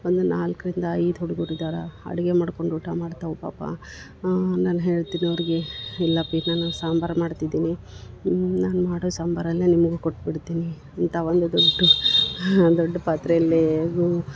ಒಂದು ನಾಲ್ಕರಿಂದ ಐದು ಹುಡುಗರು ಇದಾರ ಅಡಿಗೆ ಮಾಡ್ಕೊಂಡು ಊಟ ಮಾಡ್ತವೆ ಪಾಪ ನಾನು ಹೇಳ್ತೀನಿ ಅವ್ರ್ಗೆ ಇಲ್ಲ ಅಪ್ಪಿ ನಾನು ಸಾಂಬರು ಮಾಡ್ತಿದ್ದೀನಿ ನಾನು ಮಾಡೋ ಸಾಂಬರು ಅಲ್ಲೆ ನಿಮಗೂ ಕೊಟ್ಬಿಡ್ತೀನಿ ಅಂತ ಒಂದು ದೊಡ್ಡು ಹಾ ದೊಡ್ದ ಪಾತ್ರೆಯಲ್ಲಿ